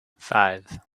five